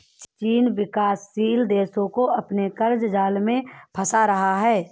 चीन विकासशील देशो को अपने क़र्ज़ जाल में फंसा रहा है